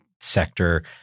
sector